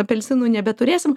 apelsinų nebeturėsim